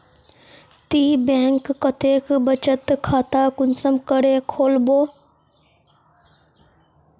ती बैंक कतेक बचत खाता कुंसम करे खोलबो?